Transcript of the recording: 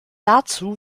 dazu